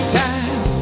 time